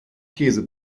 käse